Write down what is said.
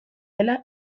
dela